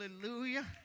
Hallelujah